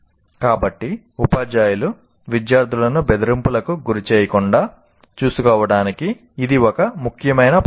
కాబట్టి ఉపాధ్యాయులు విద్యార్థులను బెదిరింపులకు గురిచేయకుండా చూసుకోవడానికి ఇది ఒక ముఖ్యమైన పాఠం